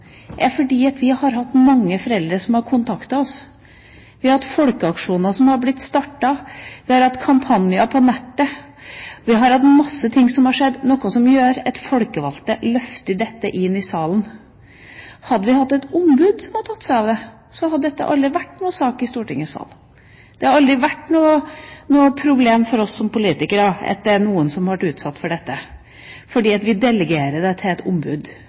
er i Stortingets sal nå, er at mange foreldre har kontaktet oss. Det har vært startet folkeaksjoner, det har vært kampanjer på nettet, det har vært en masse ting som har skjedd, noe som gjør at folkevalgte løfter dette inn i salen. Hadde vi hatt et ombud som hadde tatt seg av det, hadde dette aldri vært noen sak i Stortingets sal. Det hadde aldri vært noe problem for oss som politikere at noen har vært utsatt for dette, hvis vi delegerte det til et ombud.